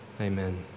amen